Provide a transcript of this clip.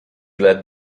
led